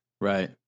Right